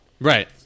Right